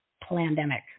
pandemic